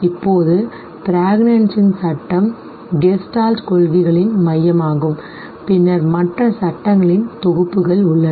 இப்போது ப்ராக்னான்ஸின் சட்டம்law of Prägnanz Gestalt கொள்கைகளின் மையமாகும் பின்னர் மற்ற சட்டங்களின் தொகுப்புகள் உள்ளன